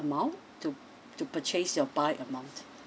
amount to to purchase your buy amount